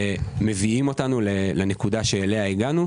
מביאים אותנו לנקודה שאליה הגענו,